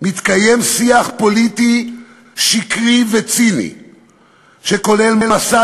מתקיים שיח פוליטי שקרי וציני שכולל מסע